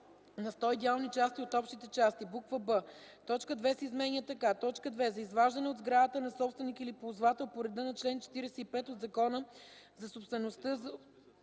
на сто идеални части от общите части”; б) точка 2 се изменя така: „2. за изваждане от сградата на собственик или ползвател по реда на чл. 45 от Закона за собствеността